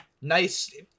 nice